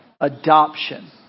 Adoption